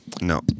No